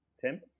Tim